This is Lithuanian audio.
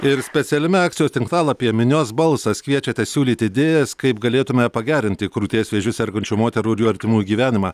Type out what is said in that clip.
ir specialiame akcijos tinklalapyje minios balsas kviečiate siūlyti idėjas kaip galėtume pagerinti krūties vėžiu sergančių moterų ir jų artimųjų gyvenimą